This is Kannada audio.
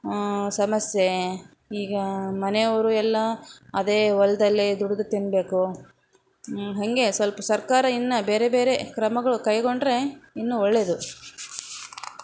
ಸಮಸ್ಯೆ ಈಗ ಮನೆಯವರು ಎಲ್ಲ ಅದೇ ಹೊಲ್ದಲ್ಲಿ ದುಡಿದು ತಿನ್ನಬೇಕು ಹಾಗೆ ಸ್ವಲ್ಪ ಸರ್ಕಾರ ಇನ್ನೂ ಬೇರೆ ಬೇರೆ ಕ್ರಮಗಳು ಕೈಗೊಂಡರೆ ಇನ್ನೂ ಒಳ್ಳೆಯದು